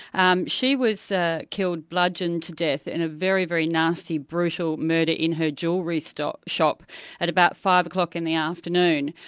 um she was ah killed, bludgeoned to death, in a very, very nasty, brutal murder in her jewellery shop at about five o'clock in the afternoon.